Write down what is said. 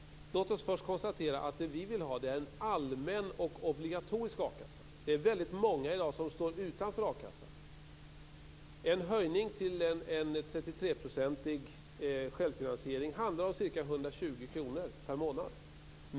Låt oss först konstatera att vad vi vill ha är en allmän och obligatorisk akassa. Det är väldigt många i dag som står utanför akassan. En höjning till en 33-procentig självfinansiering handlar om ca 120 kr per månad.